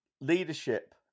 leadership